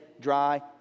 dry